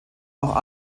auch